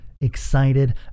Excited